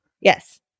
Yes